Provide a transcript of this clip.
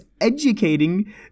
educating